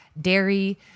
dairy